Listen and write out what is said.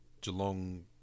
Geelong